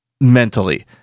mentally